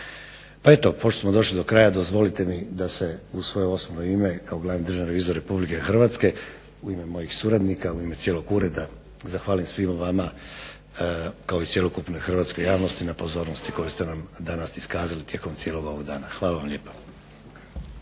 Eto pošto smo došli do kraja dozvolite mi da se u svoje osobno ime kao glavni državni revizor Republike Hrvatske u ime mojih suradnika, u ime cijelog Ureda zahvalim svima vama kao i cjelokupnoj hrvatskoj javnosti na pozornosti koju ste nam danas iskazali tijekom cijelog ovog dana. Hvala vam lijepa.